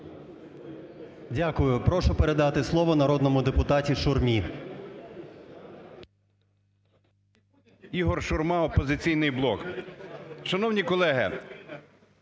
Дякую. Прошу передати слово народному депутату Шурмі.